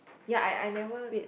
ya I I never